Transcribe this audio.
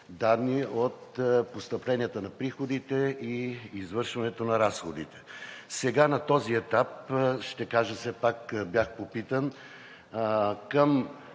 от постъпленията на приходите и извършването на разходите. Сега на този етап – ще кажа все пак, бях попитан – към